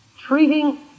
Treating